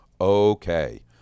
Okay